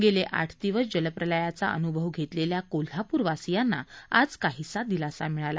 गेले आठ दिवस जलप्रलयाचा अनुभव घेतलेल्या कोल्हाप्रवासियांना आज काहीसा दिलासा मिळाला